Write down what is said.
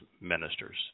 ministers